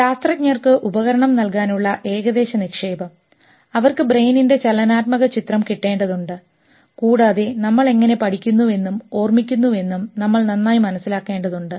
ശാസ്ത്രജ്ഞർക്ക് ഉപകരണം നൽകാനുള്ള ഏകദേശ നിക്ഷേപം അവർക്ക് ബ്രെയിനിൻറെ ചലനാത്മക ചിത്രം കിട്ടേണ്ടതുണ്ട് കൂടാതെ നമ്മൾ എങ്ങനെ പഠിക്കുന്നുവെന്നും ഓർമ്മിക്കുന്നുവെന്നും നമ്മൾ നന്നായി മനസ്സിലാക്കേണ്ടതുണ്ട്